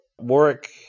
Warwick